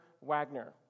Wagner